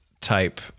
type